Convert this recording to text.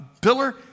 pillar